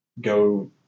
go